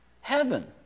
heaven